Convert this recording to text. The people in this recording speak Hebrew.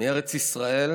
מארץ ישראל,